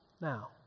now